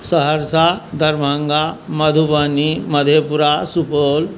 Saharsa Darbhanga Madhubani Madhepura Supaul